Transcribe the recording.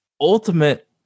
ultimate